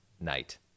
night